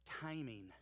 timing